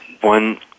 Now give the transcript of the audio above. one